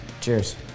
Cheers